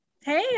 Hey